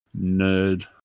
nerd